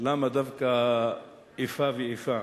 למה דווקא איפה ואיפה